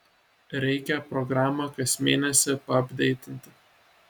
reikia programą kas mėnesį paapdeitinti